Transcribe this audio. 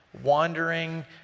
wandering